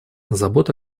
забота